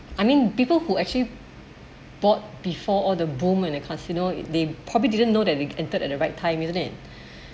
I mean people who actually bought before all the boom in a casino they probably didn't know that they entered at the right time isn't it